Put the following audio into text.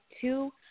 two –